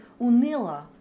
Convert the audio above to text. unila